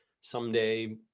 someday